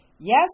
Yes